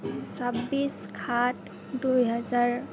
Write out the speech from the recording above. ছাব্বিছ সাত দুহেজাৰ